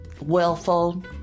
willful